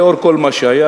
לאחר כל מה שהיה,